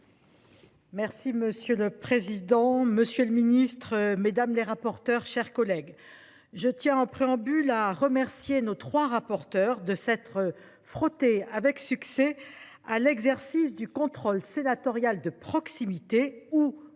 Monsieur le président, monsieur le ministre, mes chers collègues, je tiens en préambule à remercier nos trois rapporteurs de s’être frottés avec succès à l’exercice du « contrôle sénatorial de proximité », ou